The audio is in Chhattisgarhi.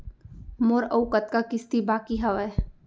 मोर अऊ कतका किसती बाकी हवय?